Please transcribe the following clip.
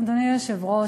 אדוני היושב-ראש,